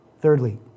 Thirdly